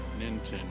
nintendo